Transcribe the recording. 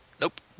Nope